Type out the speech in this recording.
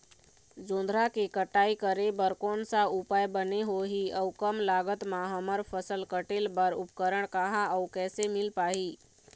जोंधरा के कटाई करें बर कोन सा उपकरण बने होही अऊ कम लागत मा हमर फसल कटेल बार उपकरण कहा अउ कैसे मील पाही?